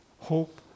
hope